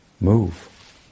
move